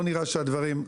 לא נראה שהדברים,